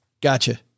Gotcha